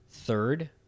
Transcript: Third